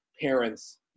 parents